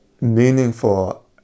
meaningful